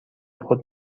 خود